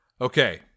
Okay